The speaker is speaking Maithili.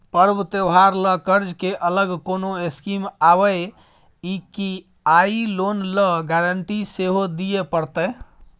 पर्व त्योहार ल कर्ज के अलग कोनो स्कीम आबै इ की आ इ लोन ल गारंटी सेहो दिए परतै?